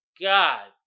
God